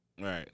Right